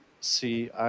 See